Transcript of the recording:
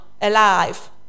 alive